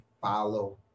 follow